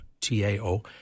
T-A-O